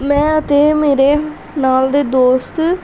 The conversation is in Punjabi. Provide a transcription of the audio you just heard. ਮੈਂ ਅਤੇ ਮੇਰੇ ਨਾਲ ਦੇ ਦੋਸਤ